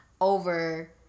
over